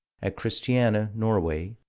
at christiania, norway,